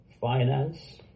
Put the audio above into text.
finance